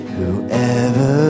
Whoever